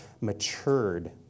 matured